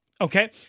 okay